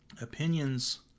opinions